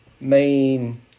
main